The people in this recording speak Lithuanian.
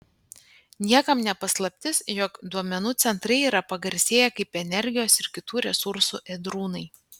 niekam ne paslaptis jog duomenų centrai yra pagarsėję kaip energijos ir kitų resursų ėdrūnai